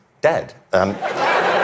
dead